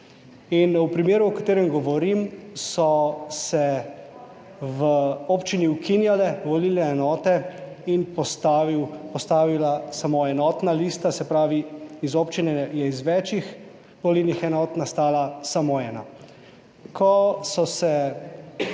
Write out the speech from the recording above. in v primeru, o katerem govorim, so se v občini ukinjale volilne enote in postavila samo enotna lista, se pravi, iz občine je iz več volilnih enot nastala samo ena. Ko so se